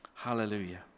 Hallelujah